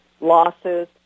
losses